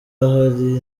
ahari